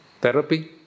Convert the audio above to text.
Therapy